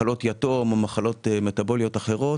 מחלות יתום או מחלות מטבוליות אחרות,